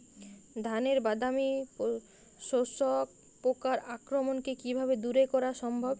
ধানের বাদামি শোষক পোকার আক্রমণকে কিভাবে দূরে করা সম্ভব?